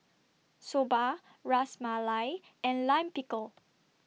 Soba Ras Malai and Lime Pickle